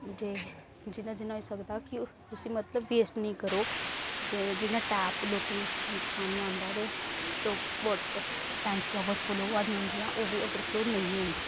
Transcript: जि'यां जि'यां होई सकदा क उसी वेस्ट निं करो जि'यां टैप लोकें दे पानी औंदा ओह्दे च ते टैंकियां ओवरफ्लो होआ दियां होंदियां न ओह्बी निं होन